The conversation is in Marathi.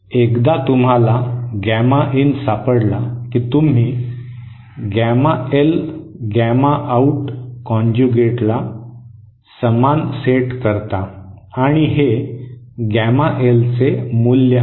एकदा तुम्हाला गॅमा इन सापडला की तुम्ही गॅमा एल गॅमा आउट कॉंज्युएटला समान सेट करता आणि हे गॅमा एलचे मूल्य आहे